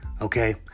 okay